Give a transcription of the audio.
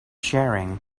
sharing